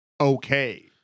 Okay